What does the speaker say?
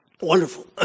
Wonderful